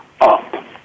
up